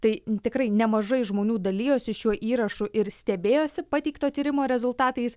tai tikrai nemažai žmonių dalijosi šiuo įrašu ir stebėjosi pateikto tyrimo rezultatais